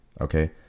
Okay